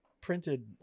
printed